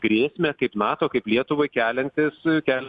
grėsmę kaip nato kaip lietuvai keliantis e kelia